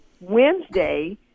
Wednesday